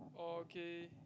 orh okay